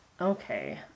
Okay